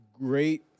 great